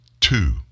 two